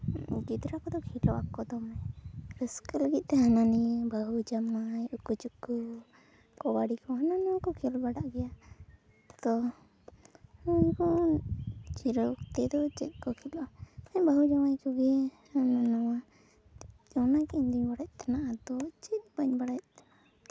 ᱜᱤᱫᱽᱨᱟᱹ ᱠᱚᱫᱚ ᱠᱷᱤᱞᱟᱹᱜ ᱟᱠᱚ ᱫᱚᱢᱮ ᱨᱟᱹᱥᱠᱟᱹ ᱞᱟᱹᱜᱤᱫ ᱛᱮ ᱦᱟᱱᱟ ᱱᱤᱭᱟᱹ ᱵᱟᱹᱦᱩ ᱡᱟᱢᱟᱭ ᱩᱠᱩ ᱪᱩᱠᱩ ᱠᱟᱵᱟᱰᱤ ᱠᱚ ᱦᱤᱱᱟᱹ ᱱᱤᱭᱟᱹ ᱠᱚ ᱠᱷᱮᱞ ᱵᱟᱲᱟᱜ ᱜᱮᱭᱟ ᱛᱚ ᱱᱩᱝᱠᱩ ᱠᱷᱮᱞᱚᱜ ᱚᱠᱛᱚ ᱫᱚ ᱪᱮᱫ ᱠᱚ ᱠᱷᱮᱞᱚᱜᱼᱟ ᱵᱟᱹᱦᱩ ᱡᱟᱶᱟᱭ ᱠᱚᱜᱮ ᱦᱟᱱᱟ ᱱᱚᱣᱟ ᱩᱱᱟᱹᱜ ᱤᱧᱫᱩᱧ ᱵᱟᱲᱟᱭ ᱛᱟᱦᱮᱱᱟ ᱟᱫᱚ ᱪᱮᱫ ᱵᱟᱹᱧ ᱵᱟᱲᱟᱭ ᱛᱟᱦᱮᱱᱟ